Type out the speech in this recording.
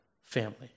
family